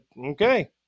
okay